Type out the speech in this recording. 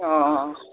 অঁ অঁ